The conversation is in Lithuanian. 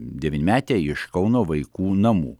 devynmetę iš kauno vaikų namų